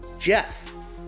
Jeff